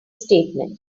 statement